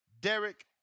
Derek